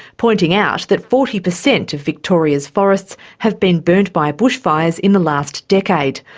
pointing out that forty per cent of victoria's forests have been burnt by bushfires in the last decade,